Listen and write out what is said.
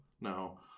no